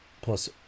plus